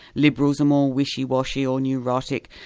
liberals are more wishy-washy or neurotic,